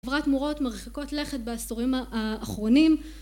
חברת מורות מרחיקות לכת בעשורים ה- האחרונים